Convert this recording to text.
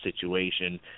situation